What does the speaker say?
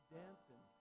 dancing